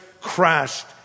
crashed